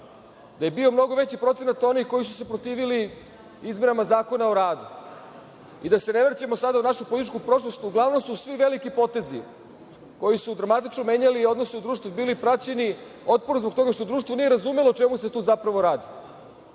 da je bio mnogo veći procenat onih koji su se protivili izmenama Zakona o radu. Da se ne vraćamo sada u našu političku prošlost, uglavnom su svi veliki potezi koji su dramatično menjali odnose u društvu bili praćeni otporom zbog toga što društvo nije razumelo o čemu se tu zapravo radi.